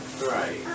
Right